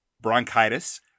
bronchitis